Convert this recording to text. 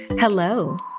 Hello